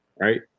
right